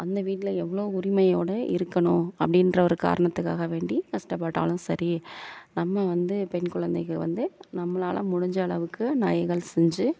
அந்த வீட்டில் எவ்வளோ உரிமையோடு இருக்கணும் அப்படின்ற ஒரு காரணத்துக்காக வேண்டி கஷ்ட்டப்பட்டாலும் சரி நம்ம வந்து பெண் கொழந்தைக்கு வந்து நம்மளால் முடிந்த அளவுக்கு நகைகள் செஞ்சு